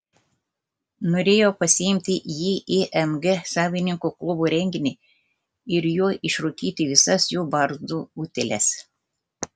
norėjau pasiimti jį į mg savininkų klubo renginį ir juo išrūkyti visas jų barzdų utėles